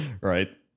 Right